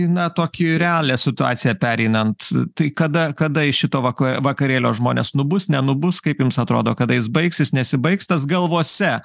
na tokį realią situaciją pereinant tai kada kada iš šito vaka vakarėlio žmonės nubus nenubus kaip jums atrodo kada jis baigsis nesibaigs tas galvose